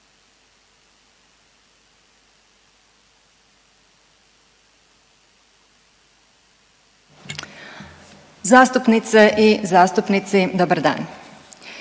zastupnice i zastupnici, poštovana